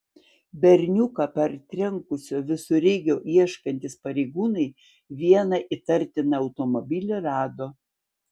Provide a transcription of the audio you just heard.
berniuką partrenkusio visureigio ieškantys pareigūnai vieną įtartiną automobilį rado